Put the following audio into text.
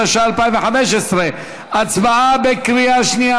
התשע"ח 2018. הצבעה בקריאה שנייה.